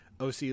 OC